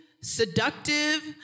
seductive